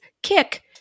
kick